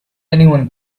anyone